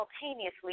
simultaneously